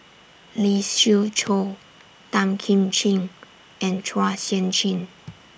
Lee Siew Choh Tan Kim Ching and Chua Sian Chin